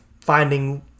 finding